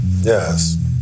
Yes